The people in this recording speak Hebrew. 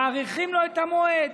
מאריכים לו את המועד.